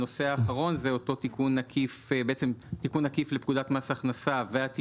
הנושא הראשון הוא תיקון סעיף 132,